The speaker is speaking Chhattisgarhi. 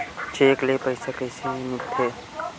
चेक ले पईसा कइसे मिलथे?